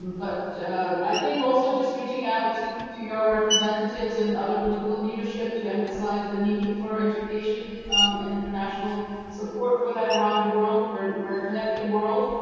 but i think also just reaching out to your representatives and other political leadership to emphasize the need for education and international support for that around the world. we're we're a connected world.